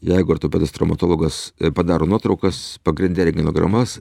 jeigu ortopedas traumatologas padaro nuotraukas pagrinde rentgenogramas